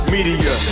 Media